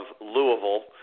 Louisville